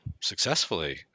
successfully